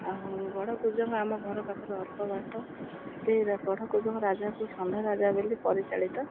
ଆଉ ଗଢ଼କୁଜଙ୍ଗ ଆମ ଘର ପାଖରେ ଅଳ୍ପ ବାଟ ସେଠି ଗଢ଼କୁଜଙ୍ଗ ରାଜାକୁ ଷଣ୍ଢା ରାଜା ବୋଲି ପରିଚାଳିତ